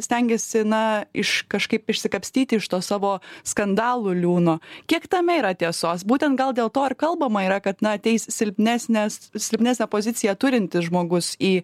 stengėsi na iš kažkaip išsikapstyti iš to savo skandalų liūno kiek tame yra tiesos būtent gal dėl to ir kalbama yra kad na ateis silpnesnes silpnesnę poziciją turintis žmogus į